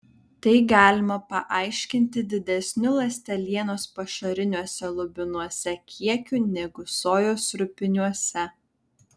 tai galima paaiškinti didesniu ląstelienos pašariniuose lubinuose kiekiu negu sojos rupiniuose